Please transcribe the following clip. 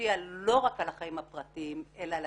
שמשפיע לא רק על החיים הפרטיים, אלא על